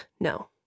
No